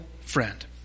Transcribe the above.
friend